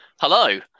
Hello